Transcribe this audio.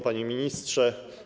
Panie Ministrze!